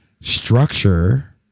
structure